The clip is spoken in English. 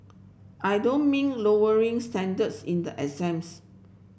I don't mean lowering standards in the exams